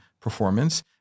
performance